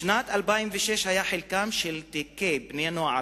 בשנת 2006 היה חלקם של תיקי בני-נוער